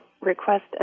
request